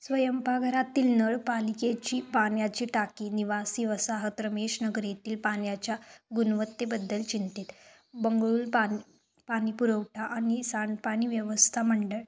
स्वयंपाकघरातील नळ पालिकेची पाण्याची टाकी निवासी वसाहत रमेश नगर येथील पाण्याच्या गुणवत्तेबद्दल चिंतित बंगळुरू पाणी पाणीपुरवठा आणि सांडपाणी व्यवस्था मंडळ